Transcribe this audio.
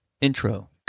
intro